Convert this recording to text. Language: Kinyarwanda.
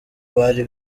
bari